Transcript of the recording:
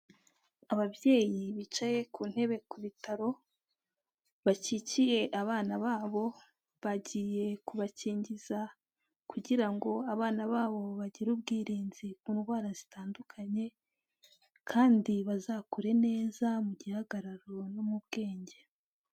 Ababyeyi bicaye ku ntebe ku bitaro bakikiye abana babo, bagiye kubakingiza kugira ngo abana babo bagire ubwirinzi ku ndwara zitandukanye kandi bazakure neza mu gihagararo no mu bwenge.